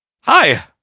Hi